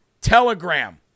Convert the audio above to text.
Telegram